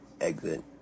exit